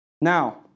Now